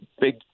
big